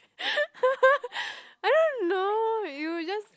I don't know you just